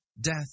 Death